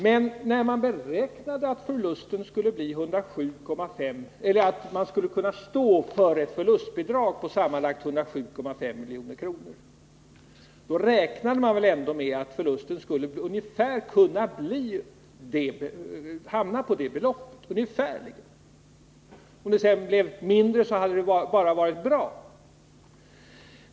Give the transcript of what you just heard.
Men när man kom överens om att man skulle stå för ett förlustbidrag på sammanlagt 107,5 milj.kr. räknade man väl ändå med att förlusten skulle hamna på ungefär det beloppet. Om den sedan hade blivit mindre, hade det ju bara varit bra.